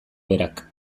berak